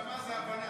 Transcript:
בהסכמה זה הבנה.